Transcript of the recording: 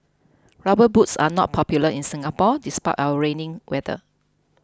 rubber boots are not popular in Singapore despite our rainy weather